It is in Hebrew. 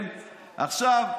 עכשיו,